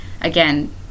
again